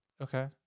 okay